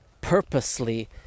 purposely